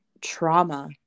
trauma